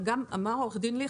אמר עורך הדין ליכט,